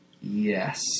Yes